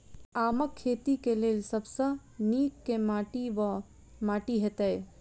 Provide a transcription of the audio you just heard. आमक खेती केँ लेल सब सऽ नीक केँ माटि वा माटि हेतै?